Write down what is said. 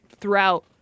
throughout